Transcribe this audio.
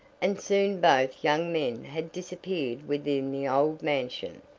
and soon both young men had disappeared within the old mansion.